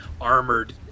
armored